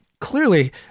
clearly